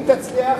אם תצליח,